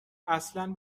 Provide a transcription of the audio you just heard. اصلن